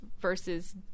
versus